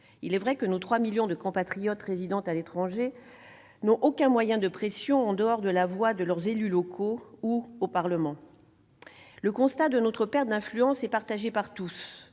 Il est vrai que nos trois millions de compatriotes résidant à l'étranger n'ont aucun moyen de pression en dehors de la voix de leurs élus locaux ou au Parlement. Le constat de notre perte d'influence est partagé par tous.